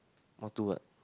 more toward